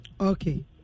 Okay